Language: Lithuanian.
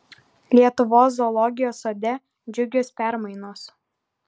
lietuvos zoologijos sode džiugios permainos